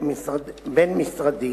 בין-משרדי